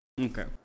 okay